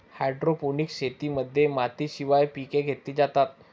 hydroponics शेतीमध्ये मातीशिवाय पिके घेतली जातात